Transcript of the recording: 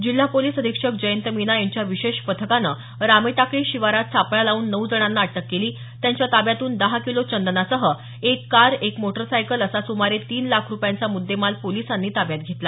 जिल्हा पोलीस अधीक्षक जयंत मीना यांच्या विशेष पथकानं रामेटाकळी शिवारात सापळा लावून नऊ जणांना अटक केली त्यांच्या ताब्यातून दहा किलो चंदनासह एक कार एक मोटरसायकल असा सुमारे तीन लाख रुपयांचा मुद्देमाल पोलिसांनी ताब्यात घेतला